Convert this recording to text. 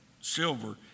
silver